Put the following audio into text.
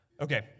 Okay